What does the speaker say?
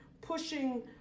pushing